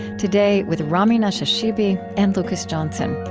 today, with rami nashashibi and lucas johnson